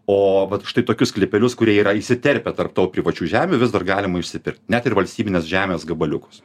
o vat štai tokius sklypelius kurie yra įsiterpę tarp privačių žemių vis dar galima išsipirkt net ir valstybinės žemės gabaliukus